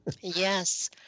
Yes